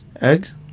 Eggs